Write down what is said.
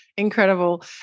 Incredible